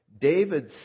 David